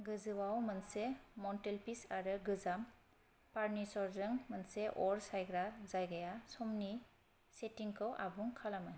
गोजौआव मोनसे मंटेलपीस आरो गोजाम फर्नीचरजों मोनसे अर सायग्रा जायगाया समनि सेटिंखौ आबुं खालामो